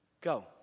Go